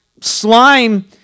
slime